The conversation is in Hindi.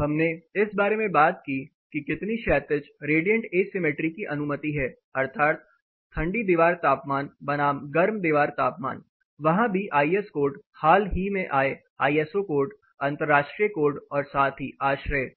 हमने इस बारे में बात की कि कितनी क्षैतिज रेडिएंट एसिमेट्री की अनुमति है अर्थात् ठंडी दीवार तापमान बनाम गर्म दीवार तापमान वहाँ भी आईएस कोड हाल ही में आए आईएसओ कोड अंतर्राष्ट्रीय कोड और साथ ही आश्रय